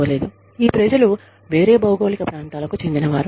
ఈ ప్రజలు వేరే భౌగోళిక ప్రాంతాలకు చెందినవారు